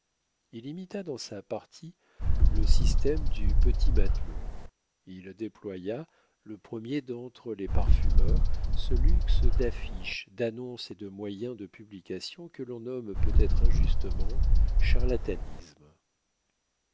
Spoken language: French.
il imita dans sa partie le système du petit matelot il déploya le premier d'entre les parfumeurs ce luxe d'affiches d'annonces et de moyens de publication que l'on nomme peut-être injustement charlatanisme